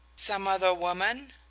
some other woman?